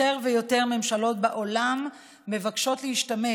יותר ויותר ממשלות בעולם מבקשות להשתמש